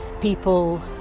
people